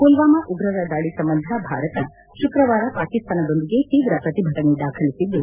ಪುಲ್ವಾಮ ಉಗ್ರರ ದಾಳಿ ಸಂಬಂಧ ಭಾರತ ಶುಕ್ರವಾರ ಪಾಕಿಸ್ತಾನದೊಂದಿಗೆ ತೀವ್ರ ಪ್ರತಿಭಟನೆ ದಾಖಲಿಸಿದ್ದು